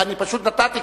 אני פשוט נתתי,